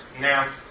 Now